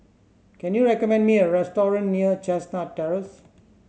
can you recommend me a restaurant near Chestnut Terrace